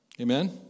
Amen